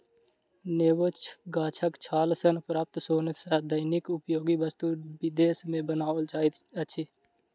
नेबो गाछक छाल सॅ प्राप्त सोन सॅ दैनिक उपयोगी वस्तु विदेश मे बनाओल जाइत अछि